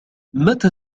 متى